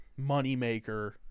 moneymaker